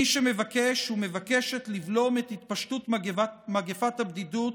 מי שמבקש ומבקשת לבלום את התפשטות מגפת הבדידות